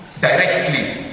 directly